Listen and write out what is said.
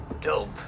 dope